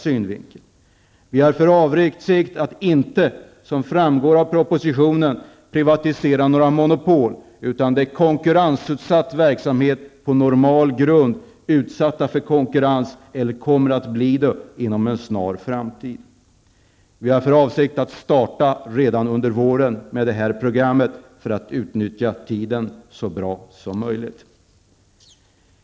Regeringen har inte för avsikt, som framgår av propositionen, att privatisera några monopol, utan det är fråga om verksamhet som i dag är utsatt för konkurrens eller kommer att bli det inom en snar framtid. Regeringen har för avsikt att starta med detta program redan under våren för att utnyttja tiden så bra som möjligt.